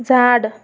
झाड